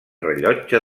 rellotge